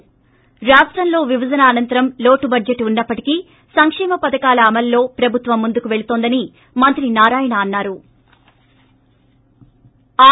ి ప్రాష్టంలో విభజన అనంతరం లోటు బడ్జెట్ ఉన్నపటికీ సంకేమ పధకాల అమలులో ప్రభుత్వం ముందుకు పెళుతోందని మంత్రి నారాయణ అన్నారు